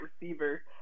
receiver